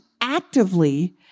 actively